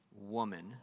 woman